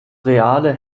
reale